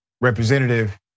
Representative